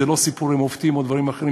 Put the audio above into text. זה לא סיפור עם מופתים או דברים אחרים,